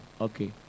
Okay